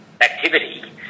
activity